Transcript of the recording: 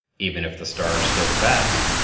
even if the stars stood fast,